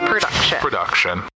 Production